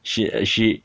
she she